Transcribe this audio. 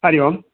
हरिः ओम्